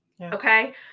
Okay